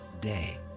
day